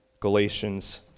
Galatians